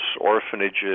orphanages